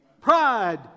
pride